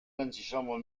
l’antichambre